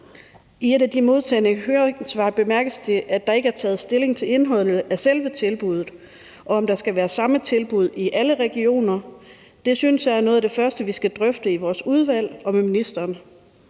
I et af de modtagne høringssvar bemærkes det, at der ikke er taget stilling til indholdet af selve tilbuddet, og om der skal være det samme tilbud i alle regioner. Det synes jeg er noget af det første, vi skal drøfte i vores udvalg og med ministeren.